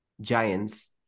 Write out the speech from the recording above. giants